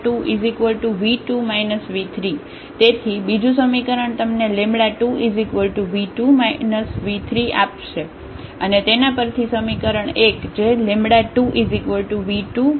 તેથી બીજું સમીકરણ તમને 2v2 v3 આપશે અને તેના પરથી સમીકરણ 1 જે 2v2 v3 છે